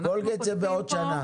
קולגייט זה בעוד שנה.